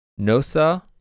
Nosa